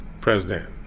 president